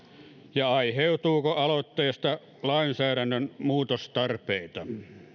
ja aiheutuuko aloitteesta lainsäädännön muutostarpeita